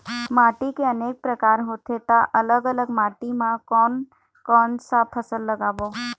माटी के अनेक प्रकार होथे ता अलग अलग माटी मा कोन कौन सा फसल लगाबो?